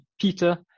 Peter